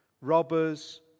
Robbers